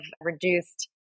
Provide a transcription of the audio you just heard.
reduced